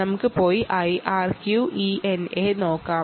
നമുക്ക് പോയി IRQ ENA നോക്കാം